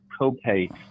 copay